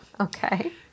Okay